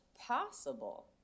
possible